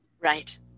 Right